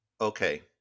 Okay